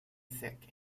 thick